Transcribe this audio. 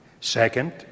Second